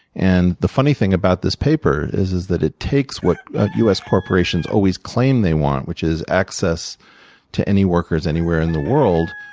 and the funny thing about this paper is is that it takes what us corporations always claim they want, which is access to any workers anywhere in the world,